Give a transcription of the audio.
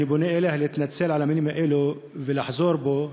אני פונה אליה, להתנצל על המילים האלה ולחזור בה.